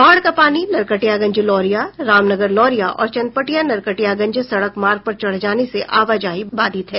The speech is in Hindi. बाढ़ का पानी नरकटियागंज लौरिया रामनगर लौरिया और चनपटिया नरकटियागंज सड़क मार्ग पर चढ़ जाने से आवाजाही बाधित है